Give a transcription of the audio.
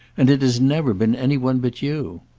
and it has never been any one but you.